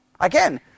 Again